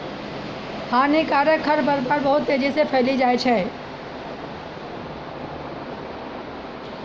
हानिकारक खरपतवार बहुत तेजी से फैली जाय छै